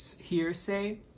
hearsay